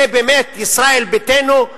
זה באמת ישראל ביתנו,